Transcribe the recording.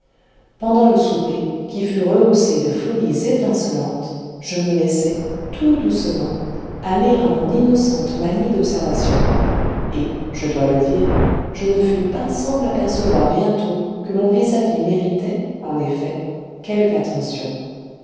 pendant le souper qui fut rehaussé de folies étincelantes je me laissai tout doucement aller à mon innocente manie d'observation et je dois le dire je ne fus pas sans m'apercevoir bientôt que mon vis-à-vis méritait en effet quelque attention